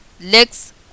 legs